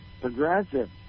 progressive